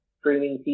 streaming